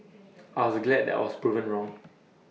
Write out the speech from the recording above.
I was glad that I was proven wrong